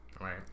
Right